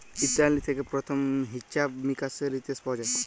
Italy থেক্যে প্রথম হিছাব মিকাশের ইতিহাস পাওয়া যায়